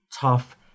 tough